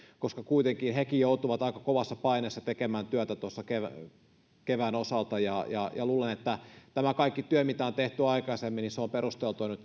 koska kuitenkin hekin joutuivat aika kovassa paineessa tekemään työtä kevään osalta ja ja luulen että kaikki työ mitä on tehty aikaisemmin on perusteltua nyt